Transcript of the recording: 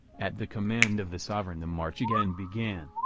at the command of the sovereign the march again began,